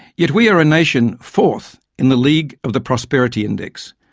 yet we are a nation fourth in the league of the prosperity index,